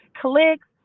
clicks